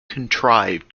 contrive